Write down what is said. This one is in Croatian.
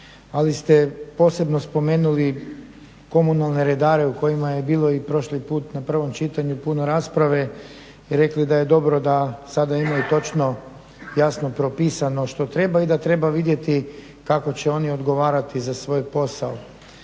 ali ste posebno spomenuli komunalne redare u kojima je bilo i prošli put na prvom čitanju puno rasprave i rekli da je dobro da sada imaju točno jasno propisano što treba i da treba vidjeti kako će oni odgovarati za svoj posao.